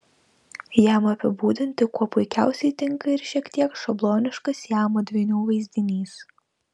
jam apibūdinti kuo puikiausiai tinka ir šiek tiek šabloniškas siamo dvynių vaizdinys